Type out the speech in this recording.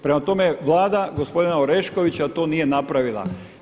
Prema tome vlada gospodine Oreškovića to nije napravila.